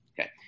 okay